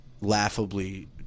laughably –